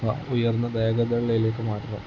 സ ഉയർന്ന വേഗതകളിലേയിലേക്ക് മാത്രം